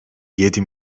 yedi